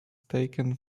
taken